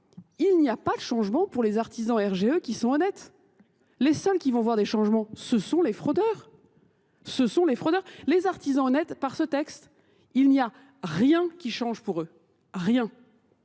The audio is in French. il n'y a pas de changement pour les artisans RGE qui sont honnêtes. Les seuls qui vont voir des changements, ce sont les frotteurs. Ce sont les fraudeurs, les artisans honnêtes par ce texte. Il n'y a rien qui change pour eux. Rien.